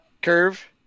curve